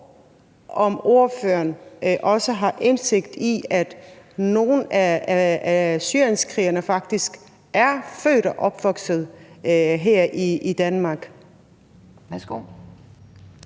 om ordføreren også har indsigt i, at nogle af syrienskrigerne faktisk er født og opvokset her i Danmark.